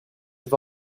have